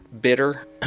bitter